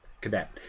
cadet